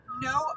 no